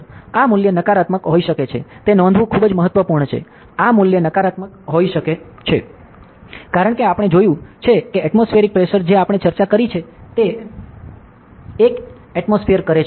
આ મૂલ્ય નકારાત્મક હોઈ શકે છે તે નોંધવું ખૂબ જ મહત્વપૂર્ણ છે આ મૂલ્ય નકારાત્મક હોઈ શકે છે કારણ કે આપણે જોયું છે કે એટમોસ્ફિએરિક પ્રેશર જે આપણે ચર્ચા કરી છે તે 1 એટમોસ્ફિઅર કરે છે